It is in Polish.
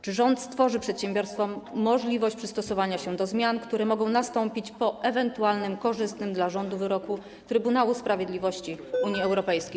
Czy rząd stworzy przedsiębiorstwom możliwość dostosowania się do zmian, które mogą nastąpić po ewentualnie korzystnym dla rządu wyroku Trybunału Sprawiedliwości Unii Europejskiej?